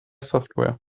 software